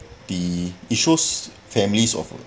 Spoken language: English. the it shows families of